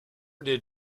did